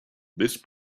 this